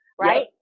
right